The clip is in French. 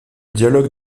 dialogue